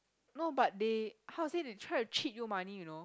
no but they how to say they try to cheat you money you know